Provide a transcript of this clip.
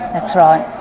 that's right.